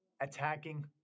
attacking